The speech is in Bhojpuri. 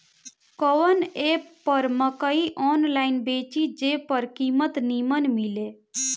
कवन एप पर मकई आनलाइन बेची जे पर कीमत नीमन मिले?